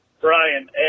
brian